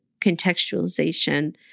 contextualization